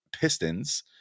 Pistons